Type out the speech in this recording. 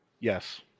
Yes